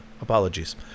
Apologies